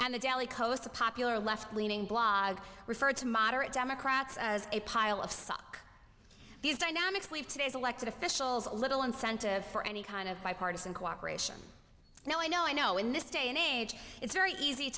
and the daily coast a popular left leaning blog referred to moderate democrats as a pile of suck these dynamics we've today's elected officials a little incentive for any kind of bipartisan cooperation now i know i know in this day and age it's very easy